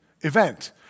event